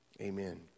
Amen